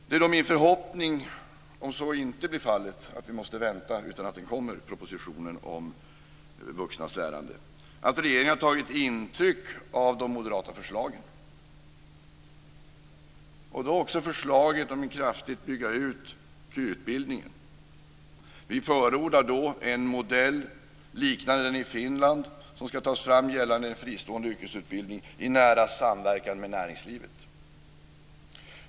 Det är min förhoppning, om vi inte måste vänta utan propositionen om vuxnas lärande kommer, att regeringen har tagit intryck av de moderata förslagen, då också förslaget om att kraftigt bygga ut KY utbildningen. Vi förordar då att en modell liknande den i Finland ska tas fram gällande en fristående yrkesutbildning i nära samverkan med näringslivet.